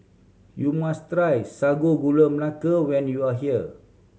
you must try Sago Gula Melaka when you are here